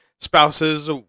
Spouses